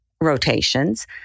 rotations